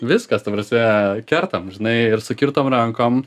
viskas ta prasme kertam žinai ir sukirtom rankom